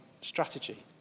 strategy